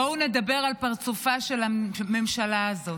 בואו נדבר על פרצופה של הממשלה הזאת,